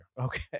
Okay